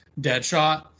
Deadshot